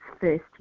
first